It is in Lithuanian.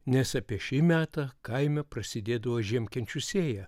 nes apie šį metą kaime prasidėdavo žiemkenčių sėja